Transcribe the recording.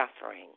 suffering